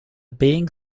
being